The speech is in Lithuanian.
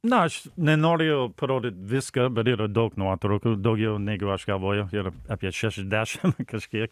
na aš nenoriu parodyt viską bet yra daug nuotraukų daugiau negu aš galvoju ir apie šešiasdešim kažkiek